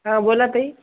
हां बोला ताई